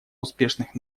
успешных